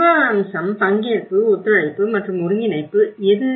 நிர்வாக அம்சம் பங்கேற்பு ஒத்துழைப்பு மற்றும் ஒருங்கிணைப்பு எது